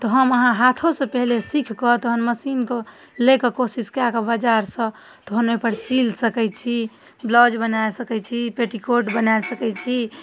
तऽ हम अहाँ हाथोसँ पहिले सिखिकऽ तहन मशीनपर लऽ कऽ कोशिश कऽ कऽ बजारसँ तहन ओहिपर सिल सकै छी ब्लाउज बना सकै छी पेटीकोट बना सकै छी